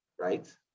right